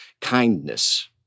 kindness